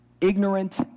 ignorant